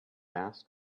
asked